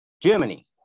Germany